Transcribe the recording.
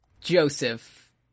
Joseph